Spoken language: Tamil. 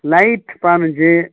லைட் பதினஞ்சு